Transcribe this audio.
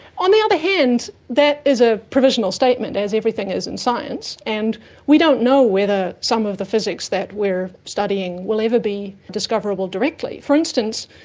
on the other hand, that is a provisional statement, as everything is in science, and we don't know whether some of the physics that we're studying will ever be discoverable directly. for instance,